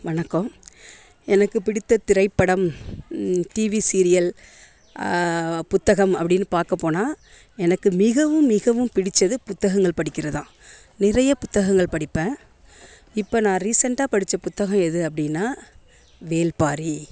வணக்கம் எனக்கு பிடித்த திரைப்படம் டிவி சீரியல் புத்தகம் அப்படின்னு பார்க்க போனால் எனக்கு மிகவும் மிகவும் பிடித்தது புத்தகங்கள் படிக்கிறது தான் நிறைய புத்தகங்கள் படிப்பேன் இப்போ நான் ரீசன்ட்டா படித்த புத்தகம் எது அப்படினா வேள்பாரி